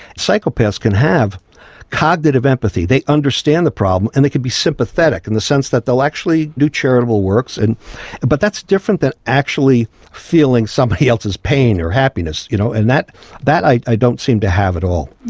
psychopaths can have cognitive empathy. they understand the problem, and they can be sympathetic in the sense that they'll actually do charitable works. and but that's different than actually feeling somebody else's pain or happiness, you know, and that that i don't seem to have at all.